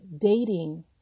dating